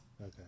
Okay